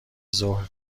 ظهر